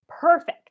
perfect